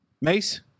Mace